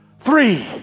three